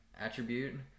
attribute